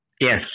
Yes